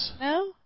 No